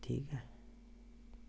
ठीक ऐ